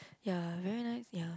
ya very nice ya